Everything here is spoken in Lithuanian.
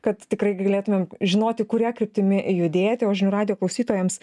kad tikrai galėtumėm žinoti kuria kryptimi judėti o žinių radijo klausytojams